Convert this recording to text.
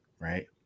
Right